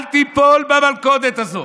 אל תיפול במלכודת הזאת.